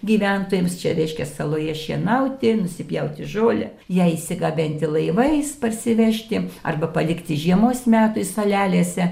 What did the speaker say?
gyventojams čia reiškia saloje šienauti nusipjauti žolę ją išsigabenti laivais parsivežti arba palikti žiemos metui salelėse